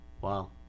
Wow